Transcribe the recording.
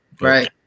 Right